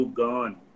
gone